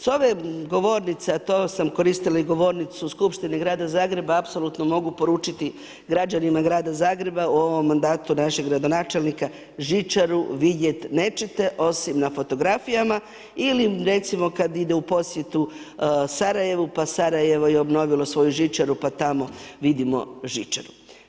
S ove govornice, a to sam koristila i govornicu skupštine grada Zagreba apsolutno mogu poručiti građanima grada Zagreba u ovom mandatu našeg gradonačelnika žičaru vidjet nećete, osim na fotografijama ili recimo kad ide u posjetu Sarajevu pa Sarajevo je obnovilo svoju žičaru pa tamo vidimo žičaru.